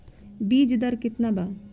बीज दर केतना बा?